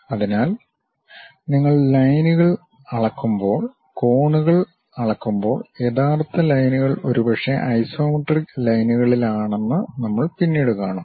അതിനാൽ നിങ്ങൾ ലൈനുകൾ അളക്കുമ്പോൾ കോണുകൾ അളക്കുമ്പോൾ യഥാർത്ഥ ലൈനുകൾ ഒരുപക്ഷേ ഐസോമെട്രിക് ലൈൻകളിലാണെന്ന് നമ്മൾ പിന്നീട് കാണും